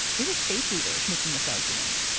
it was faith leaders making this argument.